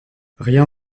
rien